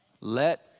Let